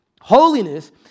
Holiness